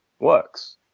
works